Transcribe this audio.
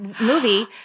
movie